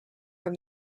from